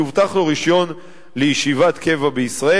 יובטח לו רשיון לישיבת קבע בישראל,